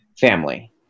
family